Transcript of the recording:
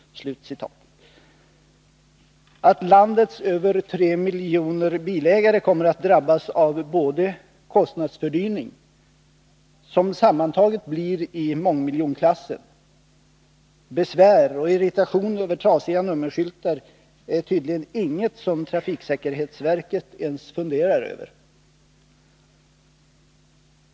Att landets över tre miljoner bilägare kommer att drabbas av såväl kostnadsfördyring— som sammantaget blir i mångmiljonklassen — som besvär och irritation över trasiga nummerskyltar är tydligen inget som trafiksäkerhetsverket ens funderar över.